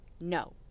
No